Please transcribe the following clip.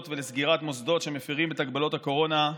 ולסגירת מוסדות שמפירים את הגבלות הקורונה.